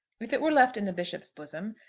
if it were left in the bishop's bosom,